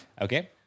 Okay